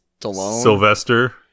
Sylvester